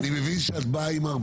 אני מבין שאת באה עם הרבה.